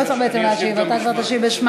בעצם לא צריך להשיב, אתה תשיב בשמה.